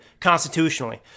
constitutionally